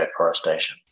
forestation